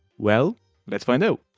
well let's find out.